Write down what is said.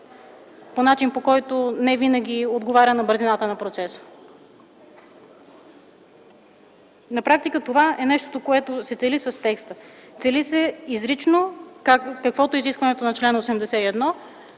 по начин, по който невинаги отговаря на бързината на процеса. На практика това е нещото, което се цели с текста. Цели се изрично, каквото е изискването на чл. 81,